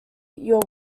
your